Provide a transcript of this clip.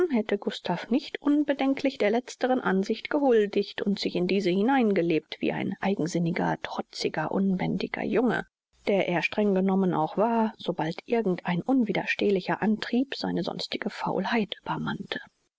hätte gustav nicht unbedenklich der letzteren ansicht gehuldigt und sich in diese hineingelebt wie ein eigensinniger trotziger unbändiger junge der er streng genommen auch war sobald irgend ein unwiderstehlicher antrieb seine sonstige faulheit übermannte